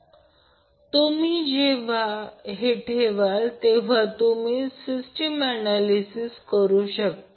आणि जेव्हा तुम्ही हे ठेवाल तेव्हा तुम्ही सिस्टीम ऍनॅलिसिस करू शकता